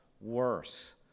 worse